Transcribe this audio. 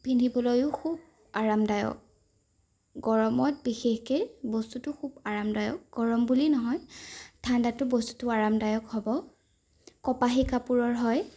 পিন্ধিবলৈও খুব আৰামদায়ক গৰমত বিশেষকে বস্তুটো খুব আৰামদায়ক গৰম বুলি নহয় ঠাণ্ডাটো বস্তুটো আৰামদায়ক হ'ব কপাহী কাপোৰৰ হয়